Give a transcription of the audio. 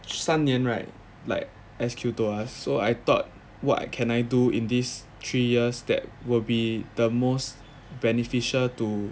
三年 right like S_Q told us so I thought what can I do in these three years that will be the most beneficial to